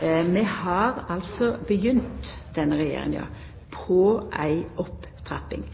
Denne regjeringa har altså begynt på ei opptrapping.